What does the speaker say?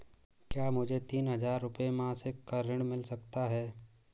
क्या मुझे तीन हज़ार रूपये मासिक का ऋण मिल सकता है?